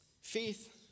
Faith